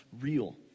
real